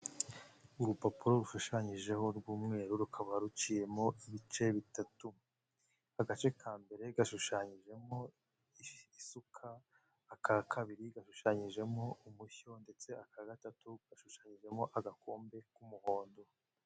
Urupapuro rushushanyijeho rw'umweru, rukaba ruciyemo ibice bitatu, agace ka mbere gashushanyijemowo isuka, aka kabiri gashushanyijemo umushyo, ndetse aka gatatu gashushanyijemo agakombe k'umuhondo.